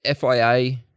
FIA